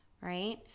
right